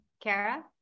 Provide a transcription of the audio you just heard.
Kara